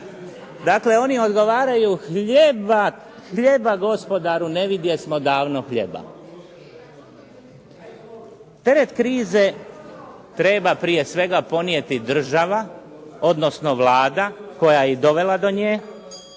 Dakle, oni odgovaraju "hljeba, hljeba gospodaru, ne vidjesmo davno hljeba". Teret krize treba prije svega ponijeti država odnosno Vlada koja je i dovela do nje,